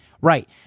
Right